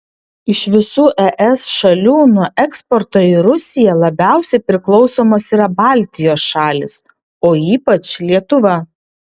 iš visų es šalių nuo eksporto į rusiją labiausiai priklausomos yra baltijos šalys o ypač lietuva